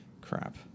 Crap